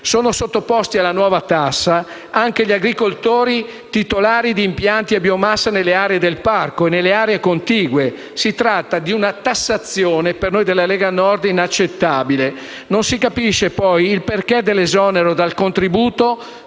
Sono sottoposti alla nuova tassa anche gli agricoltori titolari di impianti a biomassa nelle aree del parco e nelle aree contigue: si tratta di una tassazione, per noi della Lega Nord, inaccettabile. Non si capisce poi il perché dell’esonero dal contributo